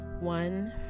One